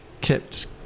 kept